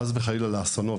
חס וחלילה לאסונות.